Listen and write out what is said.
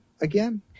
again